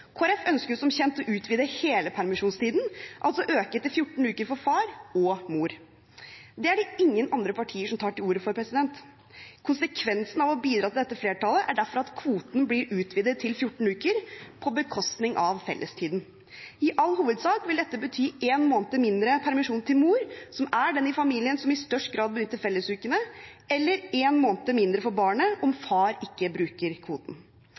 ønsker som kjent å utvide hele permisjonstiden, altså øke til 14 uker for far og mor. Det er det ingen andre partier som tar til orde for. Konsekvensen av å bidra til dette flertallet er derfor at kvoten blir utvidet til 14 uker på bekostning av fellestiden. I all hovedsak vil dette bety én måned mindre permisjon til mor, som er den i familien som i størst grad benytter fellesukene, eller én måned mindre for barnet, om far ikke bruker kvoten.